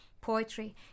poetry